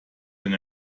wenn